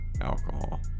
alcohol